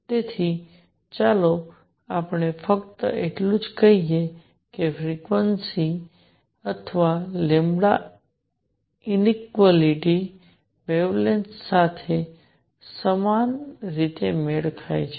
તેથી ચાલો આપણે ફક્ત એટલું જ કહીએ કે ફ્રિક્વન્સીસ અથવા ઈકવિવેલેન્ટલી વેવલેન્થ સાથે સમાન રીતે મેળ ખાય છે